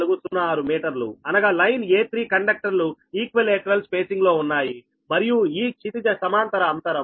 040406 మీటర్లు అనగా line a3 కండక్టర్లు ఈక్విలేటరల్ స్పేసింగ్లో ఉన్నాయి మరియు ఈ క్షితిజ సమాంతర అంతరం